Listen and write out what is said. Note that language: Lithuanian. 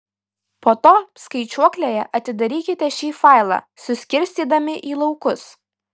po to skaičiuoklėje atidarykite šį failą suskirstydami į laukus